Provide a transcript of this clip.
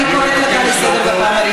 אני מבקשת לצאת מהאולם.